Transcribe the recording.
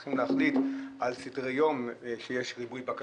שצריכה להחליט על סדר יום גם כשיש ריבוי בקשות.